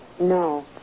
No